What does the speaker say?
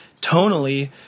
tonally